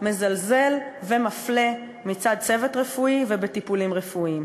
מזלזל ומפלה מצד צוות רפואי ובטיפולים רפואיים.